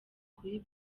kuri